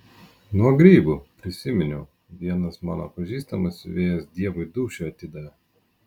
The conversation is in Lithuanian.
nuo grybų prisiminiau vienas mano pažįstamas siuvėjas dievui dūšią atidavė